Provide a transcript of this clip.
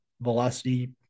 velocity